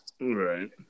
Right